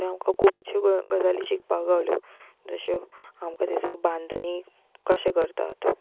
थंय आमकां खुबश्यो गजाली शिकपाक गावल्यो जश्यो आमकां थंयसर बांदनी कशे करतात